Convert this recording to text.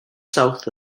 south